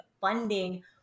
funding